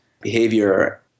behavior